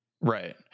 Right